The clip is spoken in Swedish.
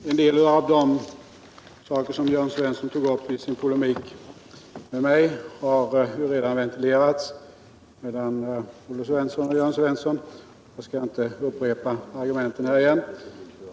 Herr talman! En del av de saker som Jörn Svensson tog upp i sin polemik mot mig har redan ventilerats i debatten mellan Olle Svensson och Jörn Svensson. Jag skall inte upprepa de argumenten.